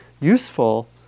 useful